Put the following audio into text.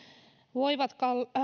voivat